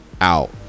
out